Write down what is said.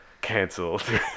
Canceled